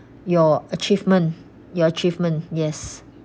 your achievement your achievement yes